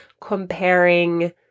comparing